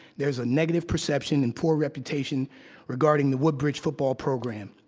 there's a negative perception and poor reputation regarding the woodbridge football program.